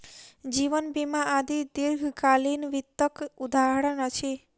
जीवन बीमा आदि दीर्घकालीन वित्तक उदहारण अछि